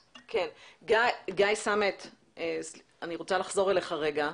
גיא סמט אני רוצה לחזור אליך רגע.